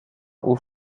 haut